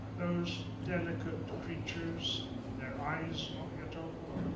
those delicate creatures, their eyes not yet open,